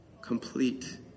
complete